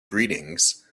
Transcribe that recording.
greetings